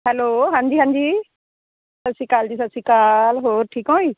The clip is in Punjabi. ਹੈਲੋ ਹਾਂਜੀ ਹਾਂਜੀ ਸੱਸ਼ੀਕਾਲ ਜੀ ਸਸ਼ੀਕਾਲ ਹੋਰ ਠੀਕ ਹੋ ਜੀ